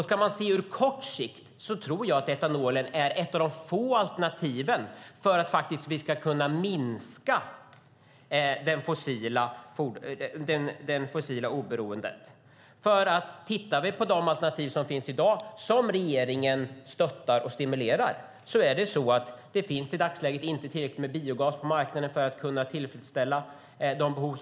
På kort sikt tror jag att etanol är ett av få alternativ för att vi ska kunna minska det fossila oberoendet. När det gäller alternativ som finns i dag och som regeringen stöttar och stimulerar finns det inte tillräckligt med biogas på marknaden för att tillfredsställa behoven.